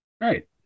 Right